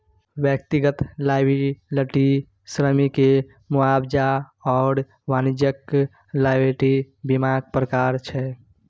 व्यक्तिगत लॉयबिलटी श्रमिककेँ मुआवजा आओर वाणिज्यिक लॉयबिलटी बीमाक प्रकार छै